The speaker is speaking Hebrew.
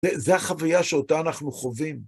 זה החוויה שאותה אנחנו חווים.